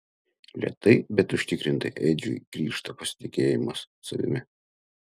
lėtai bet užtikrintai edžiui grįžta pasitikėjimas savimi